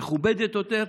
מכובדת יותר,